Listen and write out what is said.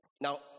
now